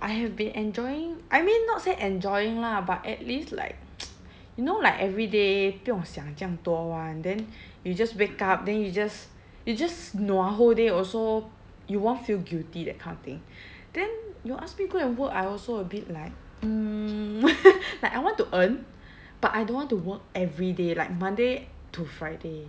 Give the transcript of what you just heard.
I have been enjoying I mean not say enjoying lah but at least like you know like every day 不用想这样多 [one] then you just wake up then you just you just nua whole day also you won't feel guilty that kind of thing then you ask me go and work I also a bit like mm like I want to earn but I don't want to work every day like monday to friday